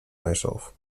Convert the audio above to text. myself